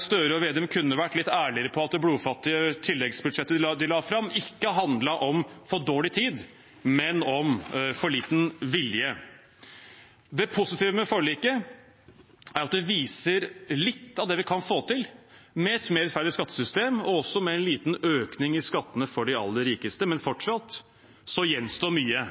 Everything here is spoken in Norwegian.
Støre og Vedum kunne vært litt ærligere på at det blodfattige tilleggsbudsjettet de la fram, ikke handlet om for dårlig tid, men om for liten vilje. Det positive med forliket er at det viser litt av det vi kan få til med et mer rettferdig skattesystem og også med en liten økning i skattene for de aller rikeste, men fortsatt gjenstår mye.